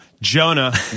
Jonah